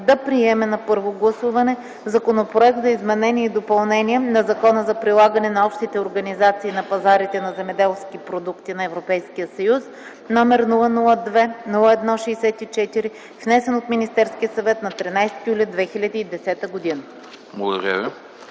да приеме на първо гласуване Законопроект за изменение и допълнение на Закона за прилагане на Общите организации на пазарите на земеделски продукти на Европейския съюз, № 002-01-64, внесен от Министерския съвет на 13 юли 2010 г.”